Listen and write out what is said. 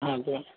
ہاں تو